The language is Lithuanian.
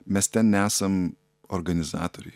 mes ten nesam organizatoriai